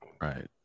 Right